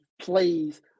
plays